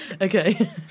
Okay